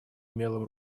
умелым